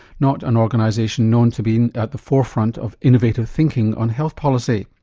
not an organisation known to be at the forefront of innovative thinking on health policy.